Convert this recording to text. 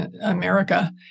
America